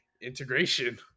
integration